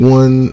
one